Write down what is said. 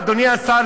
אדוני השר,